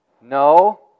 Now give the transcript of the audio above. No